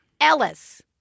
Ellis